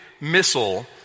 missile